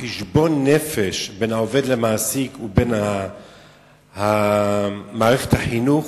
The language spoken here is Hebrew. החשבון-נפש בין העובד למעסיק ובין מערכת החינוך,